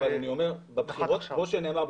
כמו שנאמר,